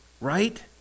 Right